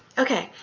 okay.